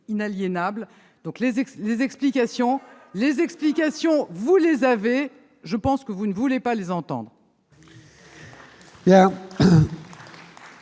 les gares ! Les explications, vous les avez ! Je pense que vous ne voulez pas les entendre.